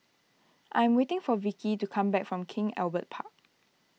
I'm waiting for Vikki to come back from King Albert Park